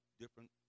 different